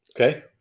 Okay